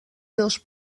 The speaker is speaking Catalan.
dos